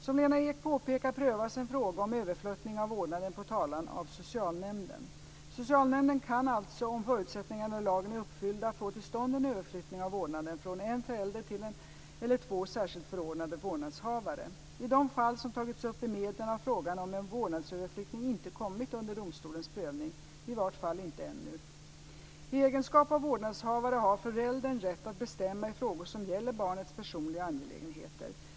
Som Lena Ek påpekar prövas en fråga om överflyttning av vårdnaden på talan av socialnämnden. Socialnämnden kan alltså, om förutsättningarna i lagen är uppfyllda, få till stånd en överflyttning av vårdnaden från en förälder till en eller två särskilt förordnade vårdnadshavare. I de fall som tagits upp i medierna har frågan om en vårdnadsöverflyttning inte kommit under domstolens prövning, i vart fall inte ännu. I egenskap av vårdnadshavare har föräldern rätt att bestämma i frågor som gäller barnets personliga angelägenheter.